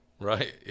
Right